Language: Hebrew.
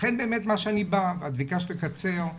את ביקשת לקצר,